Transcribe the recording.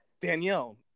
Danielle